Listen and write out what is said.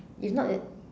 it's not a